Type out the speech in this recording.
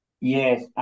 Yes